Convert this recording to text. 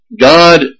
God